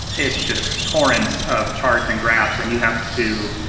it's just torrents of charts and graphs and you have to